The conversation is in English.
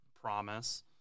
promise